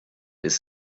ist